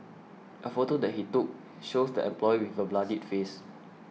a photo that he took shows the employee with a bloodied face